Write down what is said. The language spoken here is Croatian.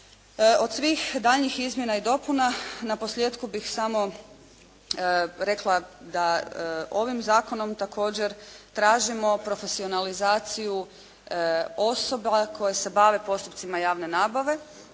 Od svih daljnjih izmjena i dopuna, naposljetku bih samo rekla da ovim zakonom također tražimo profesionalizaciju osoba koje se bave postupcima javne nabave.